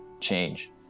change